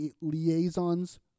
Liaisons